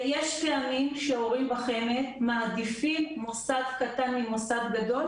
יש פעמים שהורים בחמ"ד מעדיפים מוסד קטן ממוסד גדול